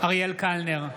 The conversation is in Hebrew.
אריאל קלנר,